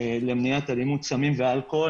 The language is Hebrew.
למניעת אלימות סמים ואלכוהול,